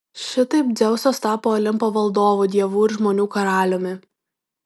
šitaip dzeusas tapo olimpo valdovu dievų ir žmonių karaliumi